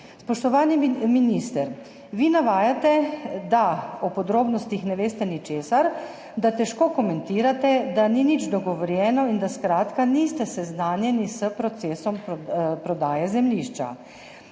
Spoštovani minister, vi navajate, da o podrobnostih ne veste ničesar, da težko komentirate, da ni nič dogovorjeno in da skratka niste seznanjeni s procesom prodaje zemljišča.